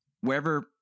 wherever